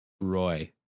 Roy